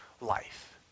life